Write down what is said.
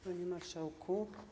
Panie Marszałku!